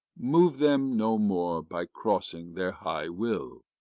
move them no more by crossing their high will.